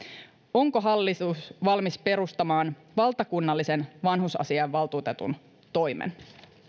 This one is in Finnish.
onko hallitus valmis perustamaan valtakunnallisen vanhusasiavaltuutetun toimen